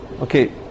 Okay